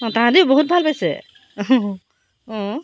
অঁ তাহাঁতেও বহুত ভাল পাইছে অঁ